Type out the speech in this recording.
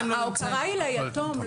ההוקרה היא ליתום.